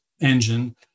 engine